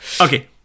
Okay